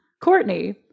Courtney